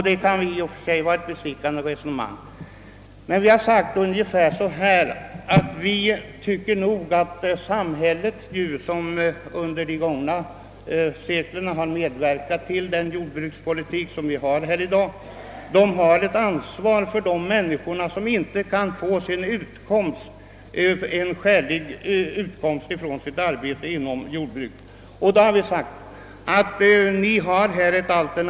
Detta kan i och för sig vara ett bestickande resonemang, men vi har sagt oss att samhället, vars jordbrukspolitik under de gångna seklen har lett fram till det läge som vi i dag har på detta område, har ett ansvar för de människor vilka inte kan få en skälig utkomst från sitt arbete inom jordbruket. Därför har vi anvisat ett alternativ för dessa människor.